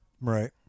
Right